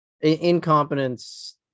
incompetence